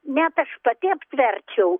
net aš pati aptverčiau